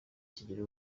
kigira